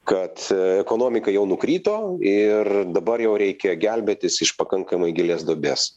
kad ekonomika jau nukrito ir dabar jau reikia gelbėtis iš pakankamai gilės duobės